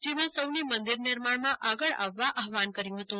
જેમાં સૌને મંદિર નિર્માણમાં આગળ આવવા આહવાન કર્યું હતું